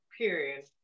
Period